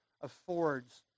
affords